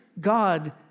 God